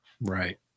Right